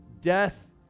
death